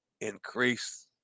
increase